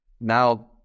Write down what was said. Now